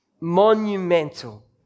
monumental